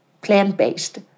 plant-based